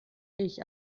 ich